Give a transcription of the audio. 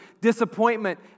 disappointment